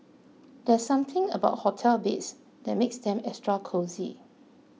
there's something about hotel beds that makes them extra cosy